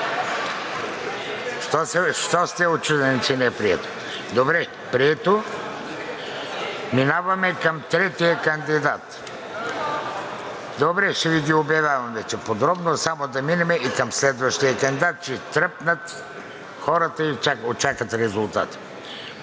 Защо сте учудени, че не е прието?! Добре, прието. Минаваме към третия кандидат. (Реплика.) Добре, ще Ви ги обявявам вече подробно, само да минем и към следващия кандидат, че тръпнат хората и чакат резултата.